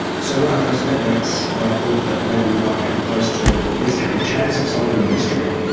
so when i first met lex, i thought that maybe we might have come close to at least having a chance of solving the mystery.